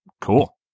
cool